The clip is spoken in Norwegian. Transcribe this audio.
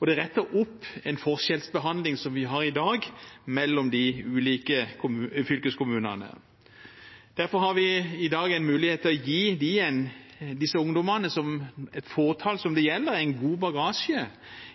og det retter opp en forskjellsbehandling som er der i dag mellom de ulike fylkeskommunene. Derfor har vi i dag en mulighet til å gi disse ungdommene, det fåtallet det gjelder, en god bagasje